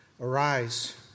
Arise